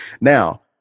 Now